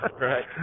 Right